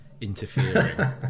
Interfering